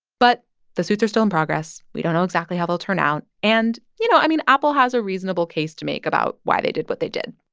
but the suits are still in progress. we don't know exactly how they'll turn out. and, you know, i mean, apple has a reasonable case to make about why they did what they did.